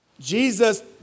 Jesus